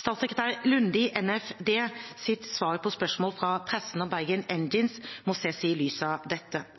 Svaret til statssekretær Lunde i Nærings- og fiskeridepartementet på spørsmål fra pressen om Bergen Engines må ses i lys av dette.